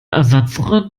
ersatzrad